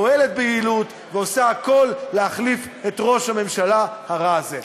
שפועלת ביעילות ועושה הכול להחליף את ראש הממשלה הרע הזה.